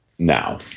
Now